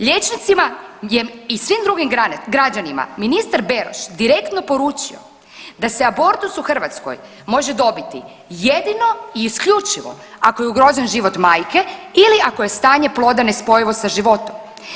Liječnicima je i svim drugim građanima ministar Beroš direktno poručio, da se abortus u Hrvatskoj može dobiti jedino i isključivo ako je ugrožen život majke ili ako je stanje ploda nespojivo sa životom.